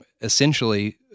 Essentially